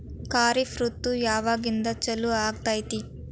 ಖಾರಿಫ್ ಋತು ಯಾವಾಗಿಂದ ಚಾಲು ಆಗ್ತೈತಿ?